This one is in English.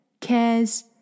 cares